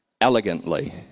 elegantly